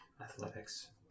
Athletics